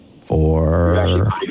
four